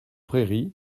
prairies